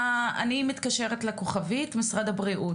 אם אני מתקשרת למוקד משרד הבריאות,